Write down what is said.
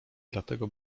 dlatego